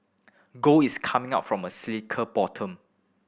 gold is coming up from a cyclical bottom